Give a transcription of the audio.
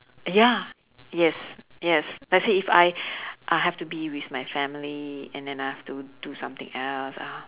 ya yes yes let's say if I I have to be with my family and then I have to do something else ah